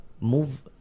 move